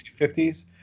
1950s